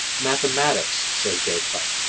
mathematics, says descartes,